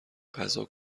غذا